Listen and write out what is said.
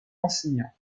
enseignant